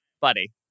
buddy